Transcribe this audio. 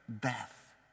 death